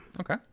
Okay